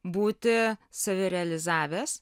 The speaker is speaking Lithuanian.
būti save realizavęs